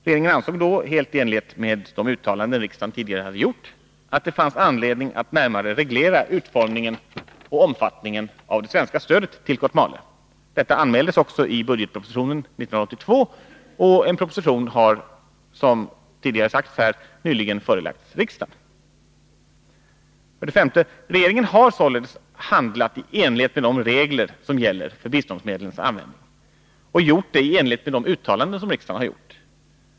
Regeringen ansåg då, helt i enlighet med de uttalanden riksdagen tidigare hade gjort, att det fanns anledning att närmare reglera utformningen och omfattningen av det svenska stödet till Kotmale. Detta anmäldes också i budgetpropositionen 1982, och en proposition har, som tidigare sagts, nyligen förelagts riksdagen. För det femte: Regeringen har således handlat i enlighet med de regler som gäller för biståndsmedlens användande och i enlighet med de uttalanden som riksdagen har gjort.